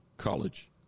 college